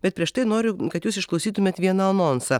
bet prieš tai noriu kad jūs išklausytumėt viena anonsą